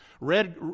red